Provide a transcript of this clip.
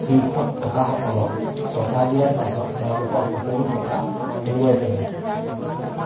শীৰ্ষত থকাসকলক টকা দিয়াৰ পাছত তেওঁলোকৰ সকলো টকা হেৰুৱাই পেলায়